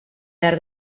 behar